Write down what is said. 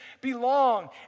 belong